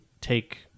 take